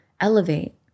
elevate